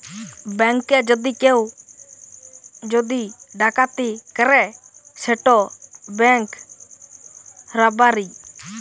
ব্যাংকে যদি কেউ যদি ডাকাতি ক্যরে সেট ব্যাংক রাবারি